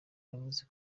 yavuze